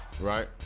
Right